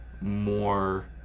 more